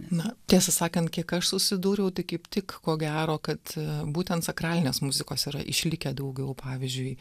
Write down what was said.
na tiesą sakant kiek aš susidūriau tai kaip tik ko gero kad būtent sakralinės muzikos yra išlikę daugiau pavyzdžiui